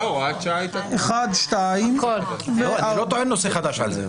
על זה אני לא טוען נושא חדש.